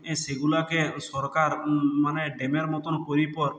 এ সেগুলাকে সরকার মানে ড্যামের মতন করি পর